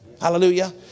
Hallelujah